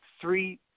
three